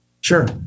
Sure